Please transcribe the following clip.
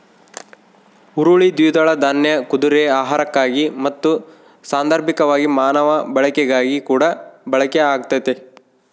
ಹುರುಳಿ ದ್ವಿದಳ ದಾನ್ಯ ಕುದುರೆ ಆಹಾರಕ್ಕಾಗಿ ಮತ್ತು ಸಾಂದರ್ಭಿಕವಾಗಿ ಮಾನವ ಬಳಕೆಗಾಗಿಕೂಡ ಬಳಕೆ ಆಗ್ತತೆ